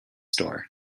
store